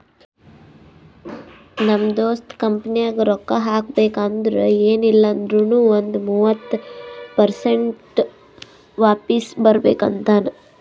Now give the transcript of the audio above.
ನಮ್ ದೋಸ್ತ ಕಂಪನಿನಾಗ್ ರೊಕ್ಕಾ ಹಾಕಬೇಕ್ ಅಂದುರ್ ಎನ್ ಇಲ್ಲ ಅಂದೂರ್ನು ಒಂದ್ ಮೂವತ್ತ ಪರ್ಸೆಂಟ್ರೆ ವಾಪಿಸ್ ಬರ್ಬೇಕ ಅಂತಾನ್